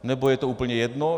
Nebo je to úplně jedno?